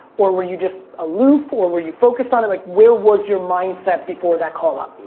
or were you just aloof or were you focused on it, like where was your mindset before that call up?